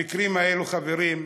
המקרים האלה, חברים,